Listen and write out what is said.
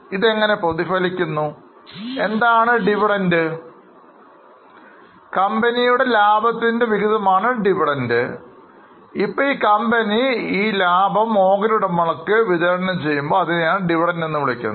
ലാഭവിഹിതം എന്താണെന്ന് നിങ്ങൾക്ക് അറിയാം എന്ന് ഞാൻ കരുതുന്നു ലാഭവിഹിതം എന്നാൽ കമ്പനി ലാഭം നേടുന്നു ഇപ്പോൾ കമ്പനി ഈ ലാഭം ഓഹരി ഉടമകൾക്ക് വിതരണം ചെയ്യുന്നു അതിനെയാണ് Dividend എന്ന് പറയുന്നത്